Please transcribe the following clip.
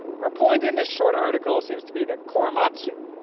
her point in this short article seems to be that korematsu,